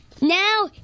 Now